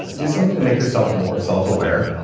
do something to make yourself more self-aware,